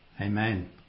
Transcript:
Amen